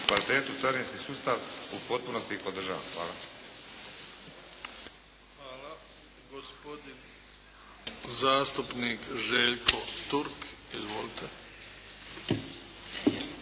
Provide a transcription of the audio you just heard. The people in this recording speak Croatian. kvalitetu u carinski sustav u potpunosti ih podržavam. Hvala. **Bebić, Luka (HDZ)** Hvala. Gospodin zastupnik Željko Turk. Izvolite.